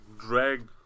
drag